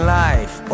life